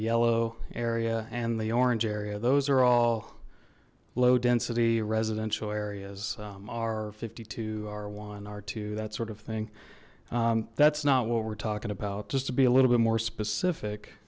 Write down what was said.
yellow area and the orange area those are all low density residential areas are fifty two r r that sort of thing that's not what we're talking about just to be a little bit more specific